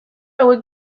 hauek